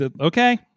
okay